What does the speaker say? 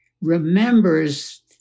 remembers